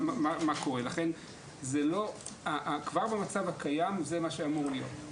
לכן כבר המצב הקיים זה מה שאמור להיות.